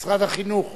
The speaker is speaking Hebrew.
זה לא מספיק.